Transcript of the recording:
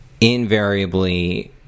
invariably